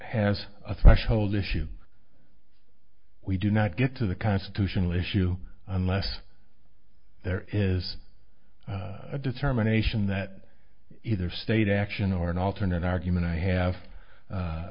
has a threshold issue we do not get to the constitutional issue unless there is a determination that either state action or an alternate argument i have